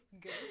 Good